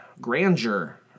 grandeur